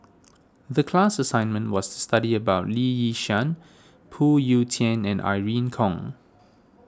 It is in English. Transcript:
the class assignment was to study about Lee Yi Shyan Phoon Yew Tien and Irene Khong